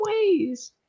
ways